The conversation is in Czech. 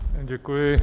Děkuji.